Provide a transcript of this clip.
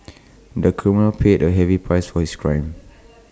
the criminal paid A heavy price for his crime